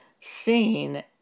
seen